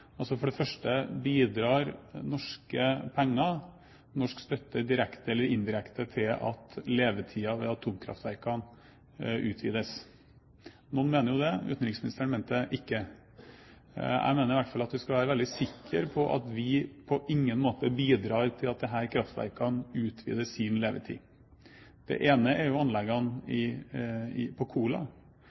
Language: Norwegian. For det første bidrar norske penger, norsk støtte, direkte eller indirekte til at levetiden til atomkraftverkene utvides. Noen mener jo det – utenriksministeren mente det ikke. Jeg mener i hvert fall at man skal være veldig sikker på at vi på ingen måte bidrar til at man utvider levetiden til disse kraftverkene. Det ene er jo anleggene på Kola, men det fins jo også atomkraftverk i